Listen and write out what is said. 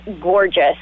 gorgeous